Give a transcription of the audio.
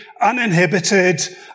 uninhibited